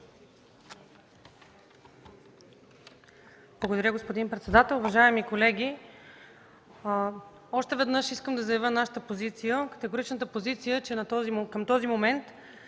Благодаря, господин председател. Уважаеми колеги, още веднъж искам да заявя нашата категорична позиция, че към този момент